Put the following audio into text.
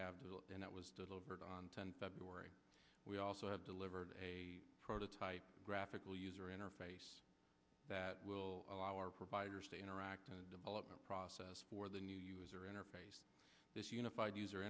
developed and that was delivered on ten february we also have delivered a prototype graphical user interface that will allow our providers to interact in the development process for the new user interface this unified user